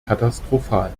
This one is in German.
katastrophal